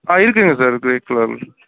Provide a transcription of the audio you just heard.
ஆ இருக்குங்க sir grey colour